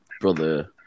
brother